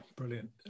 Brilliant